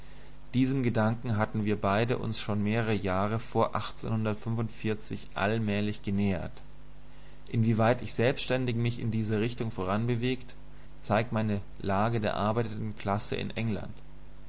diesem gedanken hatten wir beide uns schon mehrere jahre vor allmählich genähert wieweit ich selbständig mich in dieser richtung voranbewegt zeigt am besten meine lage der arbeitenden klasse in england